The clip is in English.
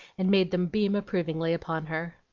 and made them beam approvingly upon her.